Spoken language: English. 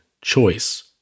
choice